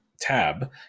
tab